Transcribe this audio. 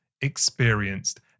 experienced